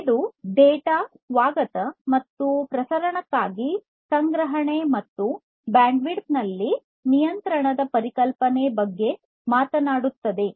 ಇದು ಡೇಟಾ ಸ್ವಾಗತ ಮತ್ತು ಪ್ರಸರಣಕ್ಕಾಗಿ ಸಂಗ್ರಹಣೆ ಮತ್ತು ಬ್ಯಾಂಡ್ವಿಡ್ತ್ ನಲ್ಲಿ ನಿಯಂತ್ರಣದ ಪರಿಕಲ್ಪನೆ ಬಗ್ಗೆ ಮಾತನಾಡುತ್ತದೆ